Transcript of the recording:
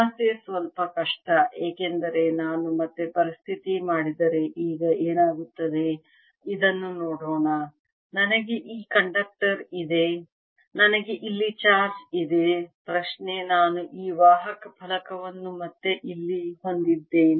ಸಮಸ್ಯೆ ಸ್ವಲ್ಪ ಕಷ್ಟ ಏಕೆಂದರೆ ನಾನು ಮತ್ತೆ ಪರಿಸ್ಥಿತಿ ಮಾಡಿದರೆ ಈಗ ಏನಾಗುತ್ತದೆ ಇದನ್ನು ನೋಡೋಣ ನನಗೆ ಈ ಕಂಡಕ್ಟರ್ ಇದೆ ನನಗೆ ಇಲ್ಲಿ ಚಾರ್ಜ್ ಇದೆ ಪ್ರಶ್ನೆ ನಾನು ಈ ವಾಹಕ ಫಲಕವನ್ನು ಮತ್ತೆ ಇಲ್ಲಿ ಹೊಂದಿದ್ದೇನೆ